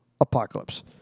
apocalypse